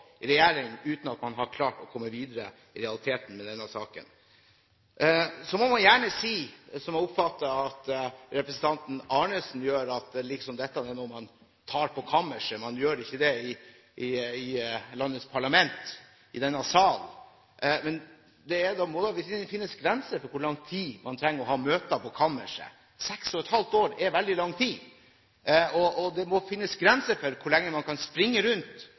i regjering uten at man i realiteten har klart å komme videre med denne saken. Så må man gjerne si, som jeg oppfatter at representanten Arnesen gjør, at dette er noe man liksom tar på kammerset, man gjør ikke det i landets parlament, i denne sal. Men det må da finnes grenser for hvor lenge man trenger å ha møter på kammerset – 6 ½ år er veldig lang tid – og det må finnes grenser for hvor lenge man kan springe rundt